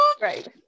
right